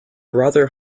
rather